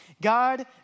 God